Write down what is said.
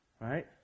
Right